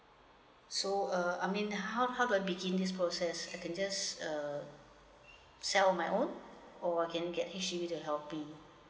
so err I mean how how do I begin this process I can just uh sell on my own or can get issue with the helping